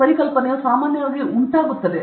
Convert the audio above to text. ಒಂದು ಹೊಸ ಪರಿಕಲ್ಪನೆಯು ಸಾಮಾನ್ಯವಾಗಿ ಒಂದು ಉಂಟಾಗುತ್ತದೆ